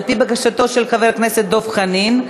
על-פי בקשתו של חבר הכנסת דב חנין,